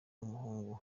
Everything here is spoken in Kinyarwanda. w’umuhungu